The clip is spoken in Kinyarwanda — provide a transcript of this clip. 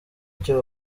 icyo